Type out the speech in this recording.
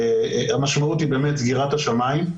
המשמעות היא באמת סגירת השמים.